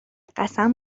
قسم